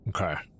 okay